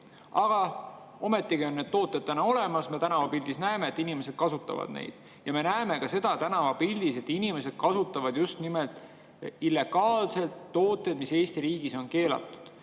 aga ometigi on need tooted olemas ja me tänavapildis näeme, et inimesed kasutavad neid. Me näeme tänavapildis ka seda, et inimesed kasutavad just nimelt illegaalseid tooteid, mis Eesti riigis on keelatud.